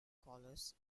collars